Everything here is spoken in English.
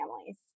families